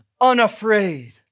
unafraid